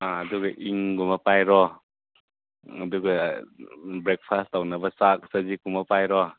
ꯑꯥ ꯑꯗꯨꯒ ꯏꯟꯒꯨꯝꯕ ꯄꯥꯏꯔꯣ ꯑꯗꯨꯒ ꯕ꯭ꯔꯦꯛꯐꯥꯁ ꯇꯧꯅꯕ ꯆꯥꯛ ꯆꯖꯤꯛꯀꯨꯝꯕ ꯄꯥꯏꯔꯣ